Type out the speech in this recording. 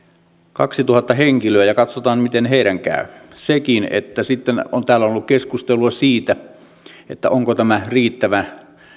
kaksituhatta henkilöä ja katsotaan miten heidän käy sitten täällä on ollut keskustelua siitä onko tämä riittävä